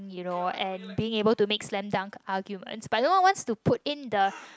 you know and being able to make slam dunk arguments but no one wants to put in the